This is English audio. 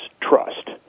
trust